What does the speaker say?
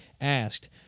asked